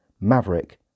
Maverick